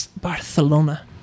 Barcelona